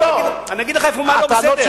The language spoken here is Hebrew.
אני אגיד לך מה לא בסדר.